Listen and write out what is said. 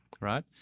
right